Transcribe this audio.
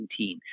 2019